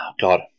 god